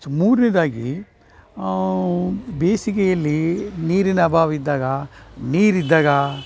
ಸು ಮೂರನೇದಾಗಿ ಬೇಸಿಗೆಯಲ್ಲೀ ನೀರಿನ ಅಭಾವ ಇದ್ದಾಗ ನೀರು ಇದ್ದಾಗ